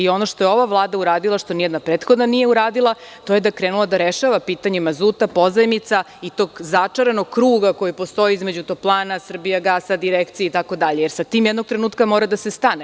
Ono što je ova vlada uradila, što ni jedna prethodna nije uradila to je da je krenula da rešava pitanje mazuta, pozajmica i tog začaranog kruga koji postoji između toplana, „Srbijagasa“, Direkcije itd, jer sa tim jednog trenutka mora da se stane.